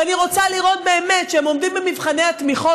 ואני רוצה לראות באמת שהם עומדים במבחני התמיכות,